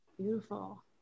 Beautiful